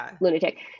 lunatic